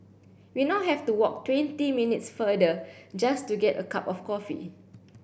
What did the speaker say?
we now have to walk twenty minutes further just to get a cup of coffee